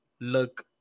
look